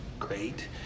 great